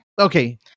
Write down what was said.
Okay